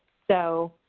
so,